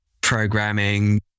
programming